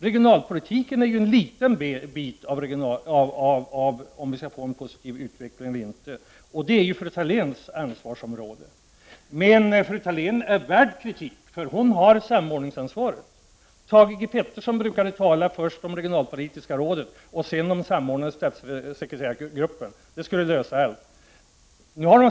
Regionalpolitiken är en liten bit av det som är avgörande för om vi skall få en positiv utveckling eller inte, och det är fru Thaléns ansvarsområde. Men fru Thalén förtjänar kritik eftersom hon har samordningsansvaret. Thage G Peterson brukade först tala om regionalpolitiska rådet och sedan om den samordnande statssekreterargruppen som skulle lösa alla problem.